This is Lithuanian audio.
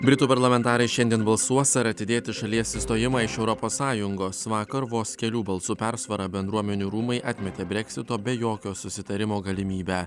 britų parlamentarai šiandien balsuos ar atidėti šalies išstojimą iš europos sąjungos vakar vos kelių balsų persvara bendruomenių rūmai atmetė breksito be jokio susitarimo galimybę